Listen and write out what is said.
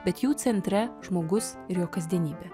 bet jų centre žmogus ir jo kasdienybė